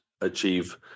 achieve